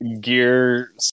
gear